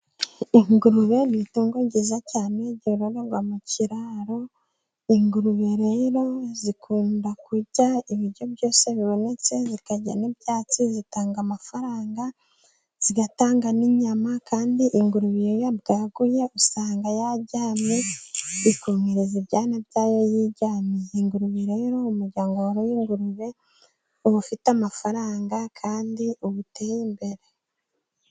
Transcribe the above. Ingurube ni ibitungo ryiza cyane ryororerwa mu kiraro. Ingurube rero zikunda kurya ibiryo byose bibonetse, zikarya n'ibyatsi. Zitanga amafaranga, zigatanga n'inyama. Kandi ingurube iyo yabwaguye usanga yaryamye ikonkereza ibyana byayo, yiryamiye. Ingurube rero, umuryango woroye ingurube uba ufite amafaranga kandi uba uteye imbere.